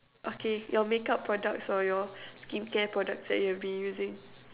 okay your make-up products or your skincare products that you've been using